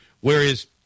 Whereas